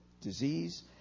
disease